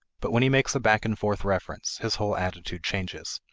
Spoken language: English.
but when he makes a back and forth reference, his whole attitude changes.